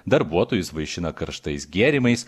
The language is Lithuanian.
darbuotojus vaišina karštais gėrimais